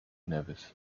nevis